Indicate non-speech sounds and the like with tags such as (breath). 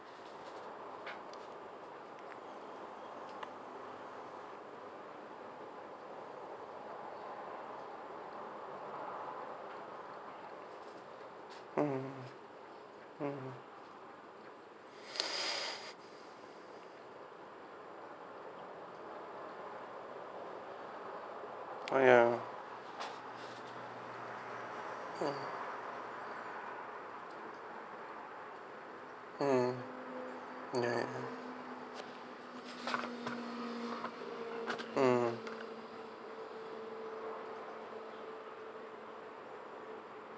mm mm (breath) ya mm mm ya ya mm